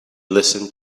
listened